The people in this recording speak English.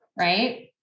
right